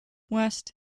west